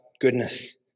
goodness